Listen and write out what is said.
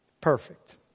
Perfect